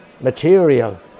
material